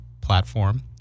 platform